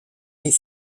des